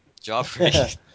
Joffrey